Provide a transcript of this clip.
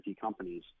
companies